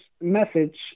message